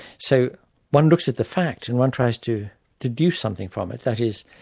so one looks at the facts and one tries to to do something from it, that is,